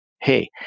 hey